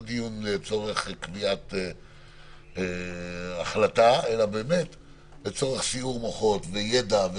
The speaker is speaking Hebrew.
לא דיון לצורך קביעת החלטה אלא לצורך סיעור מוחות וידע,